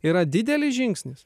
yra didelis žingsnis